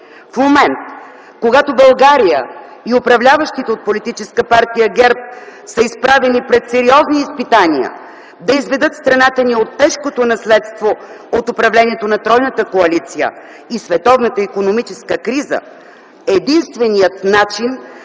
В момент, когато България и управляващите от политическа партия ГЕРБ са изправени пред сериозни изпитания да изведат страната ни от тежкото наследство от управлението на тройната коалиция и световната икономическа криза, единственият начин